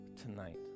tonight